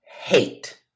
hate